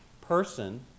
person